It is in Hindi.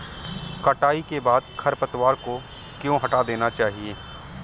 कटाई के बाद खरपतवार को क्यो हटा देना चाहिए?